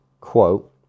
quote